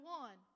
one